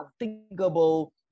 unthinkable